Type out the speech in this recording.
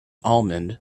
almond